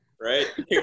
Right